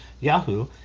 Yahoo